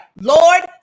Lord